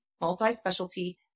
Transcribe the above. multi-specialty